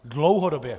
Dlouhodobě!